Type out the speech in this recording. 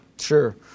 Sure